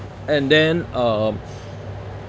and then um